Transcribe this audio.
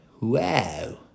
wow